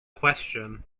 question